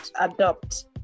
adopt